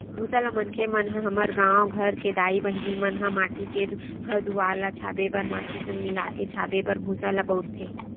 भूसा ल मनखे मन ह हमर गाँव घर के दाई बहिनी मन ह माटी के घर दुवार ल छाबे बर माटी संग मिलाके छाबे बर भूसा ल बउरथे